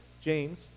James